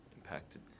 impacted